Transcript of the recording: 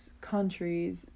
countries